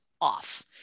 off